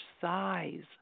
size